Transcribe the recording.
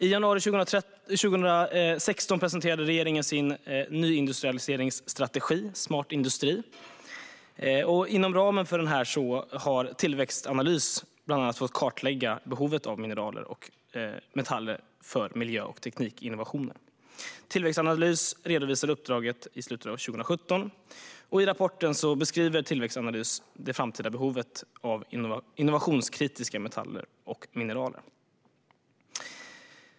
I januari 2016 presenterade regeringen sin nyindustrialiseringsstrategi, Smart industri. Inom ramen för den har Tillväxtanalys bland annat fått kartlägga behovet av mineraler och metaller för miljö och teknikinnovationer. Tillväxtanalys redovisade uppdraget i slutet av 2017. I rapporten beskriver Tillväxtanalys det framtida behovet av innovationskritiska metaller och mineraler.